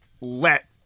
let